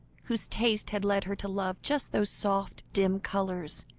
whose taste had led her to love just those soft, dim colours,